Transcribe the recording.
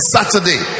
Saturday